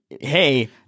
hey